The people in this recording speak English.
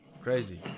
crazy